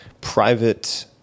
private